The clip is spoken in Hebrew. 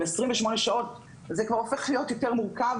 28 שעות זה כבר הופך להיות יותר מורכב,